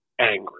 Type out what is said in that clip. angry